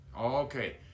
okay